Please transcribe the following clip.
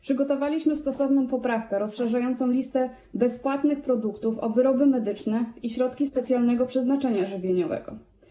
Przygotowaliśmy stosowną poprawkę rozszerzającą listę bezpłatnych produktów o wyroby medyczne i środki specjalnego przeznaczenia żywieniowego.